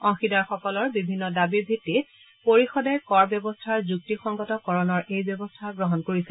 অংশীদাৰসকলৰ বিভিন্ন দাবীৰ ভিত্তিত পৰিষদে কৰ ব্যৱস্থাৰ যুক্তিসংগতকৰণৰ এই ব্যৱস্থা গ্ৰহণ কৰিছে